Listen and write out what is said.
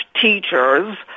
teachers